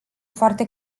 foarte